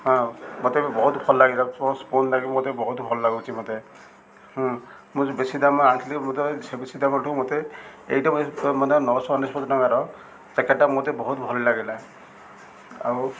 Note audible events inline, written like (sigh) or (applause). ହଁ ମତେ ବି ବହୁତ ଭଲ ଲାଗିଲା (unintelligible) ଲାଗି ମତେ ବହୁତ ଭଲ ଲାଗୁଛି ମତେ ହଁ ମୁଁ ଯେଉଁ ବେଶୀ ଦାମ୍ ଆଣିଥିଲି ମତେ ସେ ବେଶୀ ଦାମ୍ ଠୁ ମତେ ଏଇଟା (unintelligible) ମଧ୍ୟ ନଅଶହ ଅନେଶତ ଟଙ୍କାର ଜ୍ୟାକେଟ୍ଟା ମତେ ବହୁତ ଭଲ ଲାଗିଲା ଆଉ